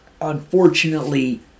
Unfortunately